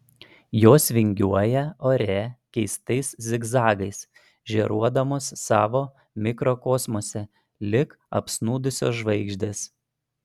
jos vingiuoja ore keistais zigzagais žėruodamos savo mikrokosmose lyg apsnūdusios žvaigždės